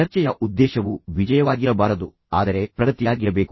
ಚರ್ಚೆಯ ಉದ್ದೇಶವು ವಿಜಯವಾಗಿರಬಾರದು ಆದರೆ ಪ್ರಗತಿಯಾಗಿರಬೇಕು